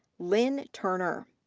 lynn turner.